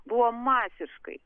buvo masiškai